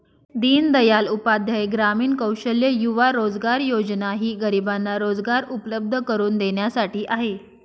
दीनदयाल उपाध्याय ग्रामीण कौशल्य युवा रोजगार योजना ही गरिबांना रोजगार उपलब्ध करून देण्यासाठी आहे